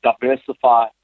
diversify